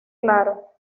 claro